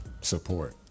support